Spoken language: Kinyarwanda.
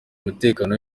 umutekano